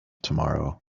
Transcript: tomorrow